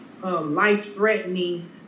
Life-threatening